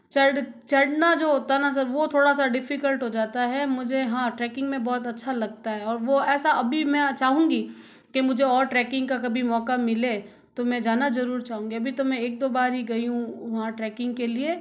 चढ़ चढ़ना जो होता है ना सर वो थोड़ा सा डिफिकल्ट हो जाता है मुझे हाँ ट्रैकिंग में बहुत अच्छा लगता है और वो ऐसा अभी मैं ऐसा चाहूंगी कि मुझे और ट्रैकिंग का कभी मौका मिले तो मैं जाना जरूर चाहूंगी अभी तो मैं एक दो बार ही गई हूँ वहाँ ट्रैकिंग के लिए